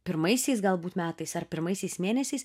pirmaisiais galbūt metais ar pirmaisiais mėnesiais